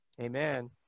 amen